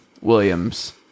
Williams